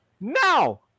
Now